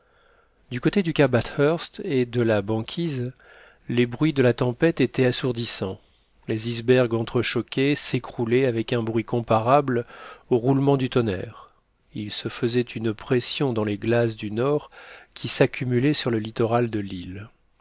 du côté du cap bathurst et de la banquise les bruits de la tempête étaient assourdissants les icebergs entrechoqués s'écroulaient avec un bruit comparable aux roulements du tonnerre il se faisait une pression dans les glaces du nord qui s'accumulaient sur le littoral de l'île